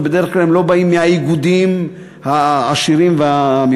ובדרך כלל הם לא באים מהאיגודים העשירים והמיוחדים,